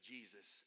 Jesus